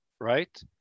right